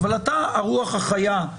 אתה הרוח החיה.